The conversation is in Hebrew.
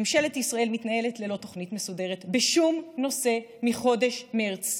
ממשלת ישראל מתנהלת ללא תוכנית מסודרת בשום נושא מחודש מרץ,